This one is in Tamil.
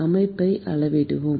அமைப்பை அளவிட்டுள்ளோம்